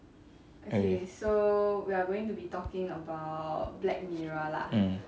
okay mm